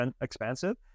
expensive